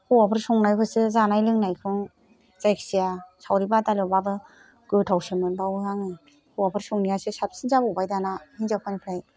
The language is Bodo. हौवाफोर संनायखौसो जानाय लोंनायखौ जायखिया सावरि बादालियावबाबो गोथावसो मोनबावो आङो हौवाफोर संनायासो साबसिन जाबावबाय दाना हिनजावफोरनिफ्राय